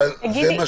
זה מה